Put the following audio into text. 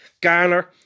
Garner